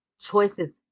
choices